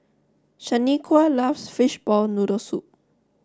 Shaniqua loves Fishball Noodle Soup